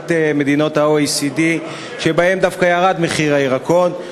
לעומת מדינות ה-OECD, שבהן דווקא ירד מחיר הירקות.